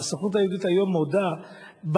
והסוכנות היהודית היום מודה שבעלייה,